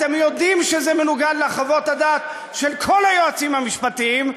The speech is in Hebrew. אתם יודעים שזה מנוגד לחוות הדעת של כל היועצים המשפטיים,